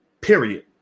period